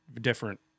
different